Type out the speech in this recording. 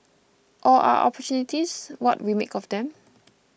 or are opportunities what we make of them